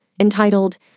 entitled